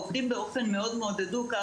עובדים באופן מאוד מאוד הדוק.